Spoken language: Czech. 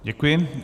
Děkuji.